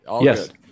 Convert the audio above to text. Yes